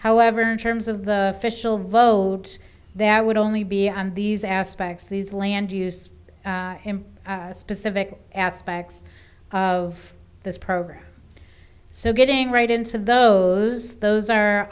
however in terms of the official vote that would only be on these aspects these land use specific aspects of this program so getting right into those those are